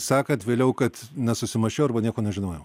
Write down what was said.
sakant vėliau kad nesusimąsčiau arba nieko nežinojau